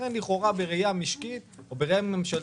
לכן לכאורה בראייה משקית או בראייה ממשלתית,